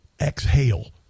exhale